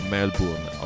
Melbourne